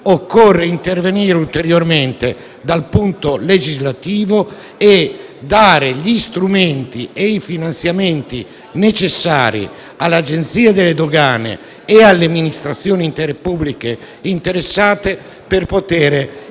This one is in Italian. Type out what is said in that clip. occorre intervenire ulteriormente sotto il profilo legislativo e dare gli strumenti e i finanziamenti necessari all'Agenzia delle dogane e alle amministrazioni pubbliche interessate per poter